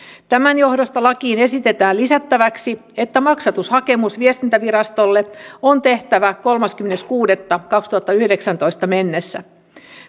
tämän johdosta lakiin esitetään lisättäväksi että maksatushakemus viestintävirastolle on tehtävä kolmaskymmenes kuudetta kaksituhattayhdeksäntoista mennessä